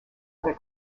other